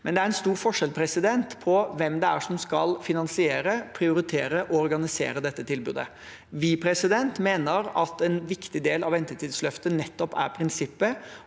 men det er en stor forskjell på hvem det er som skal finansiere, prioritere og organisere dette tilbudet. Vi mener at en viktig del av Ventetidsløftet nettopp er prinsippet